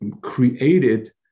created